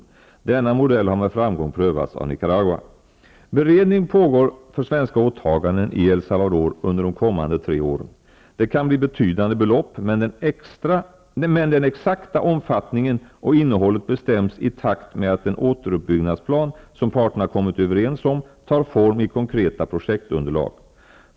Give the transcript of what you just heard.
Denna modell har med framgång prövats av Nicaragua. Beredning pågår för svenska åtaganden i El Salvador under de kommande tre åren. Det kan bli betydande belopp, men den exakta omfattningen och innehållet bestäms i takt med att den återuppbyggnadsplan, som parterna kommit överens om, tar form i konkreta projektunderlag.